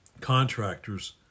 contractors